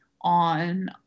on